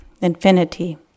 infinity